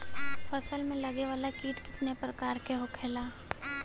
फसल में लगे वाला कीट कितने प्रकार के होखेला?